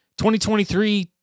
2023